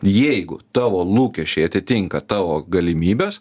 jeigu tavo lūkesčiai atitinka tavo galimybes